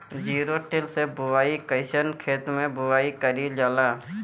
Zero till से बुआई कयिसन खेते मै बुआई कयिल जाला?